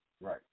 Right